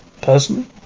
Personally